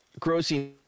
grossing